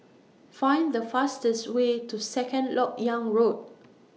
Find The fastest Way to Second Lok Yang Road